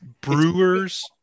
Brewers